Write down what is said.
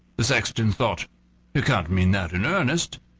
the sexton thought he can't mean that in earnest,